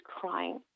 crying